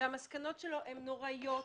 והמסקנות שלו נוראיות,